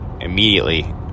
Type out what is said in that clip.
immediately